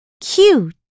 cute